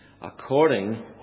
according